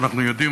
אנחנו יודעים,